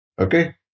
Okay